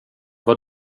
vad